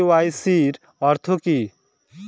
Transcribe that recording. KYC অর্থ কি?